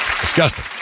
Disgusting